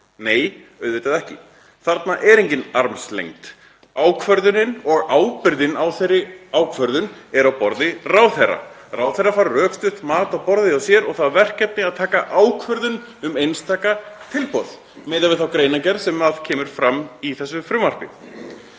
Nei, auðvitað ekki. Þarna er engin armslengd. Ákvörðunin og ábyrgðin á þeirri ákvörðun er á borði ráðherra. Ráðherra fær rökstutt mat á borðið hjá sér og það verkefni að taka ákvörðun um einstaka tilboð miðað við þá greinargerð sem kemur fram í þessu frumvarpi.